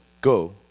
Go